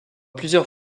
plusieurs